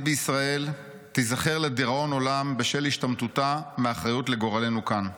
בישראל תיזכר לדיראון עולם בשל השתמטותה מהאחריות לגורלנו כאן".